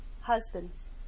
husbands